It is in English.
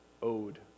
Owed